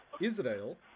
Israel